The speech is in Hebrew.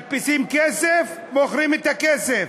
מדפיסים כסף, מוכרים את הכסף.